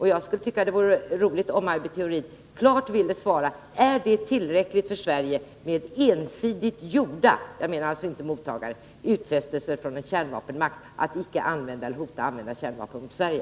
Jag skulle tycka att det vore av värde om Maj Britt Theorin klart ville svara på följande fråga: Är det tillräckligt för Sverige med ensidigt gjorda utfästelser från en kärnvapenmakt att icke använda eller icke hota med användning av kärnvapen mot Sverige?